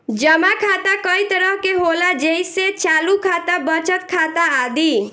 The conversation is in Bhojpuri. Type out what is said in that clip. जमा खाता कई तरह के होला जेइसे चालु खाता, बचत खाता आदि